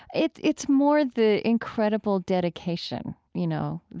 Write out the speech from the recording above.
it's it's more the incredible dedication, you know,